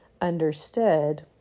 understood